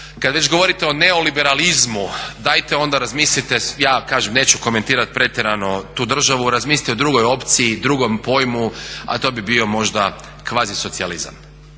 Kada već govorite o neoliberalizmu dajte onda razmislite, ja kažem neću komentirati pretjeranu tu državu razmislite o drugoj opciji, drugom pojmu a to bi bio možda kvazisocijalizam,